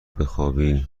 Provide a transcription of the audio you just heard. بخوابی